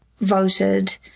voted